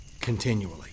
continually